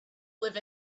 live